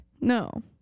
No